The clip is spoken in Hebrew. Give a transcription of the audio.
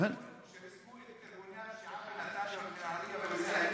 כשריסקו את ארגוני הפשיעה בנתניה ובנהריה,